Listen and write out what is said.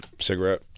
cigarette